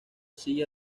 sigue